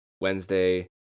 Wednesday